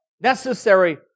Necessary